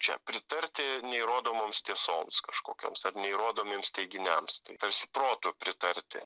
čia pritarti neįrodomos tiesos kažkokioms ar neįrodomiems teiginiams tai tarsi protu pritarti